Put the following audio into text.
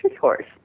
horse